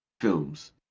films